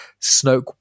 Snoke